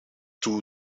two